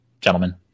gentlemen